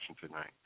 tonight